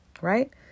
Right